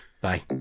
Bye